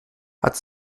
hat